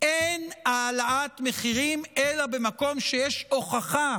אין העלאת מחירים, אלא במקום שיש הוכחה,